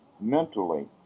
mentally